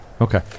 Okay